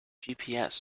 gps